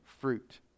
fruit